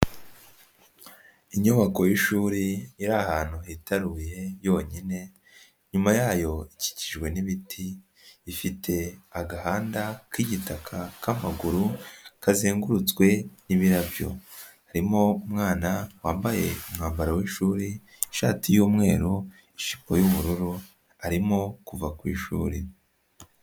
Inyubako yshuri iri ahantu hitaruye yonyine, nyuma yayo ikikijwe n'ibiti, ifite agahanda k'igitaka k'amaguru, kazengurutswe n'ibirabyo, harimo umwana wambaye umwambaro w'ishuri, ishati y'umweru, ijipo y'ubururu, arimo kuva ku ishuri.